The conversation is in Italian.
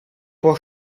può